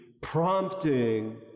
prompting